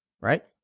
right